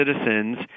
citizens